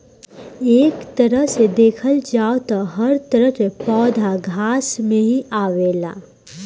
एक तरह से देखल जाव त हर तरह के पौधा घास में ही आवेला